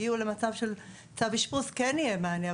יגיעו למצב של צו אשפוז כן יהיה מענה,